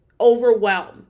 overwhelmed